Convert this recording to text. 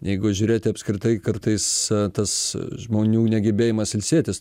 jeigu žiūrėti apskritai kartais tas žmonių negebėjimas ilsėtis